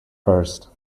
first